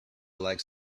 likes